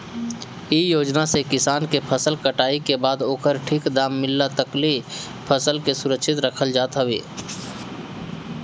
इ योजना से किसान के फसल कटाई के बाद ओकर ठीक दाम मिलला तकले फसल के सुरक्षित रखल जात हवे